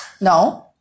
No